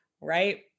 right